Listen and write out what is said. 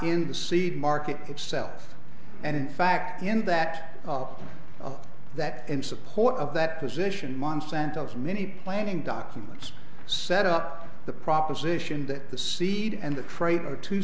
in the seed market itself and in fact in that of that in support of that position monsanto as many planning documents set up the proposition that the seed and the